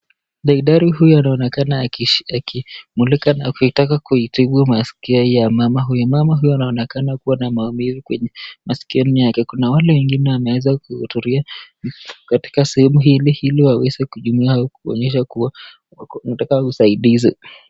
Daktari huyu anaonekana akimulika na kutaka kuitibu masikia ya mama huyu. Mama huyu anaonekana kuwa na maumivu kwenye masikioni mwake. Kuna wale wengine wameweza kutulia katika sehemu hili ili waweze kuhudumiwa au kuonyesha kuwa wanataka usaidizi.